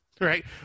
Right